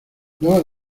luego